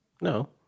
No